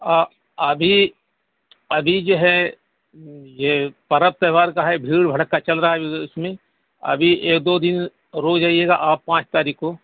آ ابھی ابھی جو ہے یہ پرب تیوہار کا ہے بھیڑ بھڑکا چل رہا ہے اس میں ابھی ایک دو دن رک جائیے گا آپ پانچ تاریخ کو